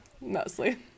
Mostly